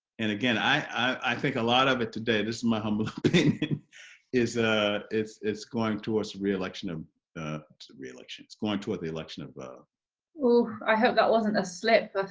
and again i i think a lot of it today this is my humble opinion is ah it's it's going towards the re-election of ah re-election it's going toward the election of ah oh i hope that wasn't a slip